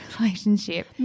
relationship